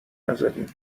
نزدیم